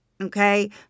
Okay